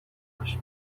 بشو